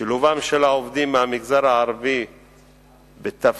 שילובם של העובדים מהמגזר הערבי בתפקידי